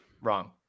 Wrong